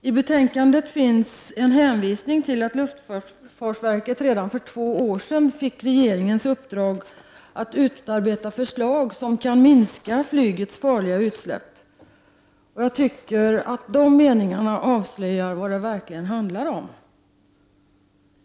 I betänkandet finns en hänvisning till att luftfartsverket redan för två år sedan fick regeringens uppdrag att utarbeta för slag som kan minska flygets farliga utsläpp. Enligt min mening avslöjar dessa meningar vad det verkligen handlar om.